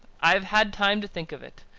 i have had time to think of it.